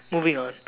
moving on